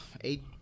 eight